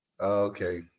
Okay